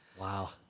Wow